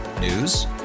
News